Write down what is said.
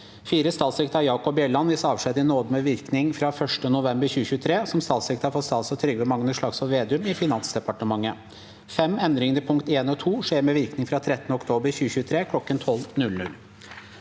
4. Statssekretær Jakob Bjelland gis avskjed i nåde med virkning fra 1. november 2023 som statssekretær for statsråd Trygve Magnus Slagsvold Vedum i Finansdepartementet. 5. Endringene i punkt 1 og 2 skjer med virkning fra 13. oktober 2023 kl. 12.00.